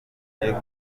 rwavuye